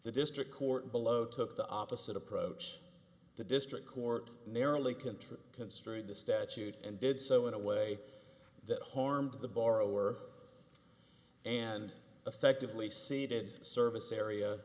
the district court below took the opposite approach the district court narrowly control construed the statute and did so in a way that harmed the borrower and effectively ceded service area